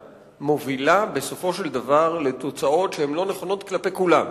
מובילה בסופו של דבר לתוצאות שהן לא נכונות כלפי כולם.